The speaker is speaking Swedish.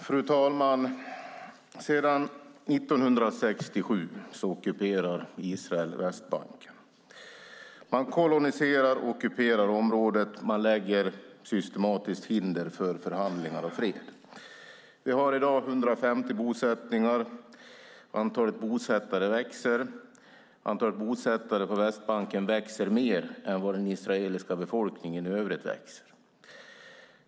Fru talman! Sedan 1967 ockuperar Israel Västbanken. Man koloniserar och ockuperar området och lägger systematiskt hinder för förhandlingar och fred. Vi har i dag 150 bosättningar, och antalet bosättare växer. Antalet bosättare på Västbanken växer mer än vad den israeliska befolkningen i övrigt växer.